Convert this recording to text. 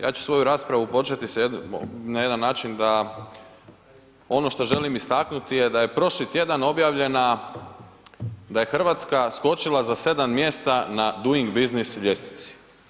Ja ću svoju raspravu početi na jedan način da ono što želim istaknuti je da je prošli tjedan objavljena da je Hrvatska skočila za sedam mjesta na Doing business ljestvici.